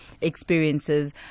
experiences